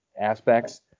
aspects